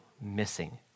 missing